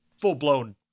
full-blown